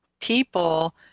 people